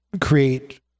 create